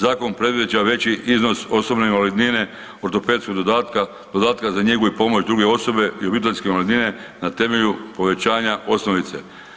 Zakon predviđa veći iznos osobne invalidnine ortopedskog dodatka, dodatka za njegu i pomoć druge osobe i obiteljske invalidnine na temelju povećanja osnovice.